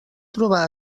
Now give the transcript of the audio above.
trobar